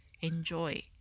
enjoy